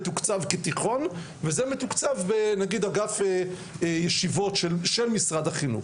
מתוקצב כתיכון וזה מתוקצב בנגיד אגף ישיבות של משרד החינוך,